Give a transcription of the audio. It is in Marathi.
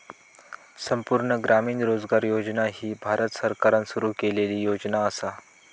संपूर्ण ग्रामीण रोजगार योजना ही भारत सरकारान सुरू केलेली योजना असा